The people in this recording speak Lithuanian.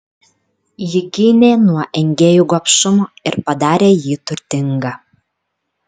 ji gynė nuo engėjų gobšumo ir padarė jį turtingą